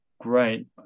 great